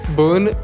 burn